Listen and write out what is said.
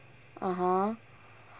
(uh huh)